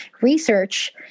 research